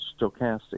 stochastic